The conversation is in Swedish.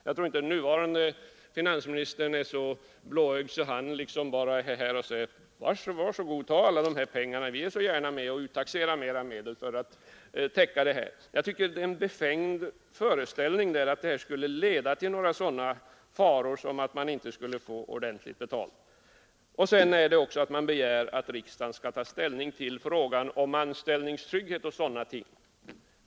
Jag tror inte att den nuvarande finansministern är så blåögd att han bara säger: ”Var så god, ta alla de här pengarna, vi är så gärna med om att uttaxera mera medel för att täcka kostnaden.” Jag tycker det är en befängd föreställning att förslaget skulle leda till sådana faror som att man inte skulle få ordentligt betalt. Det begärs också att riksdagen skall ta ställning till frågan om anställningstrygghet och sådana ting.